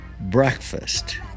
breakfast